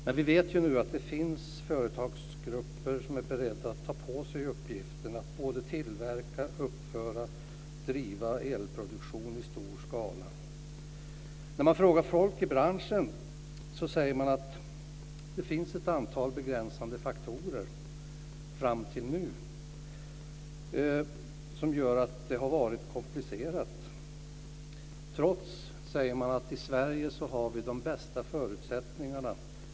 Men vi vet ju nu att det finns företagsgrupper som är beredda att ta på sig uppgiften att tillverka, uppföra och driva elproduktion i stor skala. När man frågar folk i branschen säger de att det fram till nu har funnits ett antal begränsande faktorer som har gjort att det har varit komplicerat, trots att, som de säger, vi i Sverige har de bästa förutsättningarna.